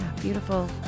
beautiful